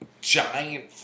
giant